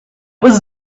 was